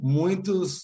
muitos